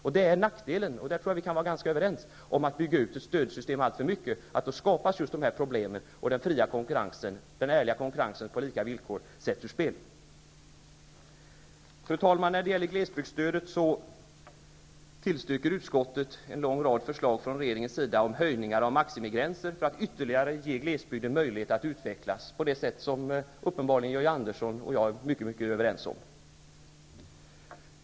Jag tror att vi kan vara ganska överens om att den här typen av problem skapas om man bygger ut stödsystem i för hög grad, vilket skulle kunna medföra att den fria, den ärliga, konkurrensen på lika villkor sätts ur spel. Fru talman! När det gäller glesbygdstödet tillstyrker utskottet en lång rad förslag från regeringen om höjningar av maximigränser för att ge glesbygden ytterligare möjlighet att utvecklas på det sätt som uppenbarligen Georg Andersson och jag är helt överen om.